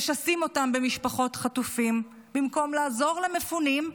משסים אותם במשפחות חטופים, במקום לעזור למפונים,